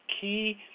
key